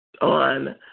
on